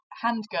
handgun